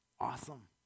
Awesome